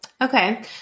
Okay